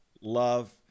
love